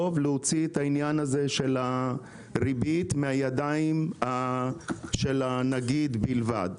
להוציא את העניין הזה של הריבית מהידיים של הנגיד בלבד.